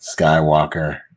skywalker